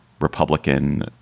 Republican